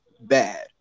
Bad